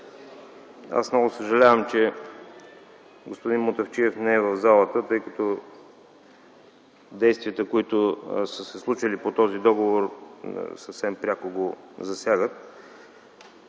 Много съжалявам, че господин Мутафчиев не е в залата, тъй като действията, които са се случили по този договор съвсем пряко го засягат.